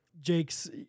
Jake's